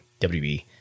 WB